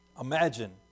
Imagine